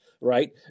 right